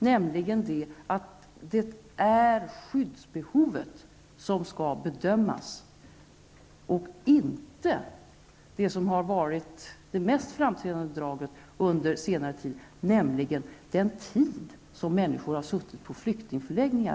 Det är nämligen skyddsbehovet som skall bedömas -- inte, vilket har varit det mest framträdande draget under senare tid, den tid som människor har suttit och väntat på flyktingförläggningar.